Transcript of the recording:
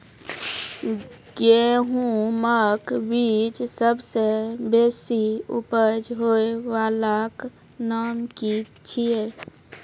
गेहूँमक बीज सबसे बेसी उपज होय वालाक नाम की छियै?